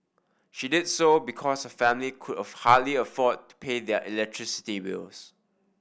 she did so because her family could hardly afford pay their electricity bills